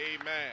Amen